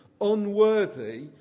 unworthy